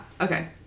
okay